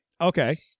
Okay